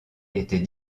était